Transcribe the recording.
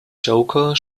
joker